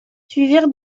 suivirent